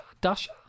Dasha